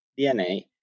DNA